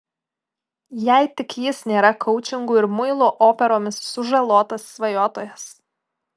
jei tik jis nėra koučingu ir muilo operomis sužalotas svajotojas